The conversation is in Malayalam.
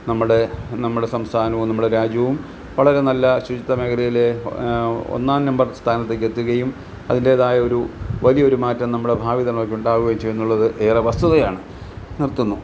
നമ്മുടെ നമ്മുടെ സംസ്ഥാനവും നമ്മടെ രാജ്യവും വളരെ നല്ല ശുചിത്വ മേഖലയില് ഒന്നാം നമ്പർ സ്ഥാനത്തേക്കെത്തുകയും അതിൻ്റേതായൊരു വലിയൊരു മാറ്റം നമ്മുടെ ഭാവി തലമുറക്കുണ്ടാവുകയും ചെയ്യുന്നുള്ളത് ഏറെ വസ്തുതയാണ് നിർത്തുന്നു